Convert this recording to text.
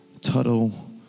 Tuttle